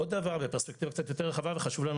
עוד דבר בפרספקטיבה קצת יותר רחבה וחשוב לנו